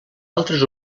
altres